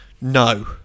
No